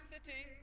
City